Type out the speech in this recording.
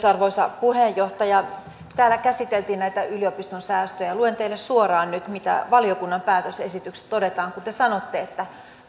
arvoisa puheenjohtaja täällä käsiteltiin näitä yliopiston säästöjä luen teille suoraan nyt mitä valiokunnan päätösesityksessä todetaan kun te sanotte että